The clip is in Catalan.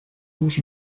vos